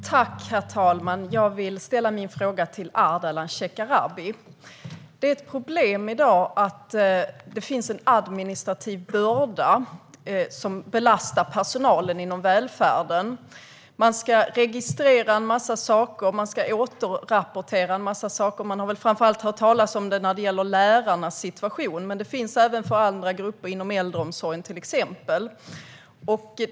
Herr talman! Jag vill ställa min fråga till Ardalan Shekarabi. Det är ett problem i dag att det finns en administrativ börda som belastar personalen inom välfärden. Man ska registrera och återrapportera en massa saker. Vi har framför allt hört talas om det när det gäller lärarna och deras situation, men det gäller även andra grupper, till exempel inom äldreomsorgen.